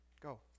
Go